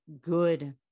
good